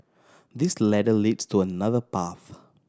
this ladder leads to another path